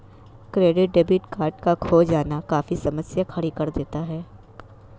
credit debit card का खो जाना काफी समस्या खड़ी कर देता है